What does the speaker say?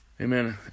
amen